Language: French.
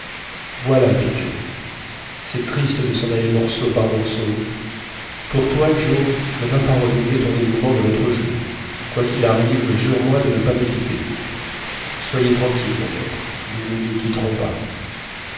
voilà fit joe c'est triste de s'en aller morceau par morceau pour toi joe ne va pas renouveler ton dévouement de l'autre jour quoi quil arrive jure-moi de ne pas nous quitter soyez tranquille mon maître nous ne nous quitterons pas